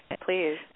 please